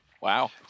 Wow